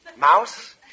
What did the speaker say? Mouse